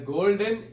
Golden